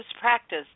practice